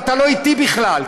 אתה לא איתי בכלל,